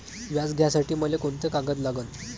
व्याज घ्यासाठी मले कोंते कागद लागन?